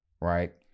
right